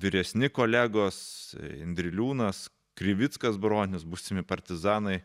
vyresni kolegos indriliūnas krivickas bronius būsimi partizanai